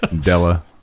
Della